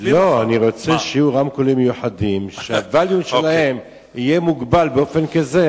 אני רוצה שיהיו רמקולים מיוחדים שהווליום שלהם יהיה מוגבל באופן כזה,